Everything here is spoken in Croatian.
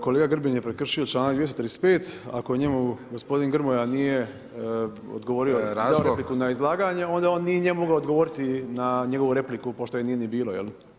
Kolega Grbin je prekršio članak 235. ako njemu gospodin Grmoja nije odgovorio, dao repliku na izlaganje, onda on nije njemu mogao odgovoriti na njegovu repliku pošto je nije ni bilo, je li?